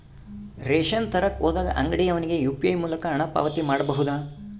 Ration ತರಕ ಹೋದಾಗ ಅಂಗಡಿಯವನಿಗೆ ಯು.ಪಿ.ಐ ಮೂಲಕ ಹಣ ಪಾವತಿ ಮಾಡಬಹುದಾ?